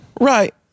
Right